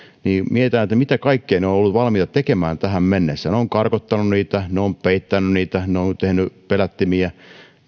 ja mietitään mitä kaikkea he ovat olleet valmiita tekemään tähän mennessä he ovat karkottaneet niitä he ovat peittäneet niitä he ovat tehneet pelättimiä he